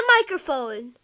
microphone